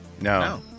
No